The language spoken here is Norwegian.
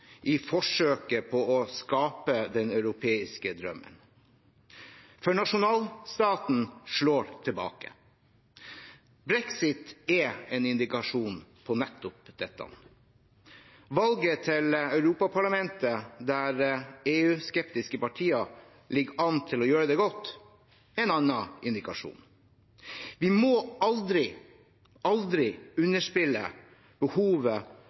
i forsøket på å skape den europeiske drømmen, for nasjonalstaten slår tilbake. Brexit er en indikasjon på nettopp dette. Valget til Europaparlamentet, der EU-skeptiske partier ligger an til å gjøre det godt, er en annen indikasjon. Vi må aldri, aldri underspille behovet